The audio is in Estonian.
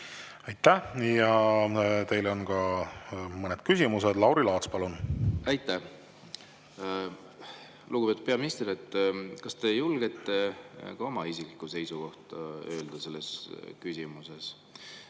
Aitäh! Teile on ka mõned küsimused. Lauri Laats, palun! Aitäh! Lugupeetud peaminister! Kas te julgete ka oma isikliku seisukoha öelda selles küsimuses?